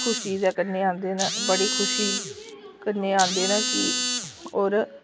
खुशी दे कन्ने औंदे न बड़ी खुशी कन्नै आंदे न कि होर